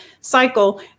cycle